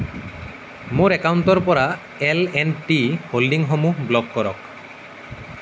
মোৰ একাউণ্টৰ পৰা এল এন টি হ'ল্ডিংসমূহ ব্লক কৰক